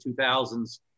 2000s